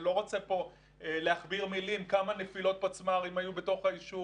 אני לא רוצה פה להכביר מילים כמה נפילות פצמ"רים היו בתוך היישוב,